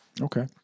Okay